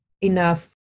enough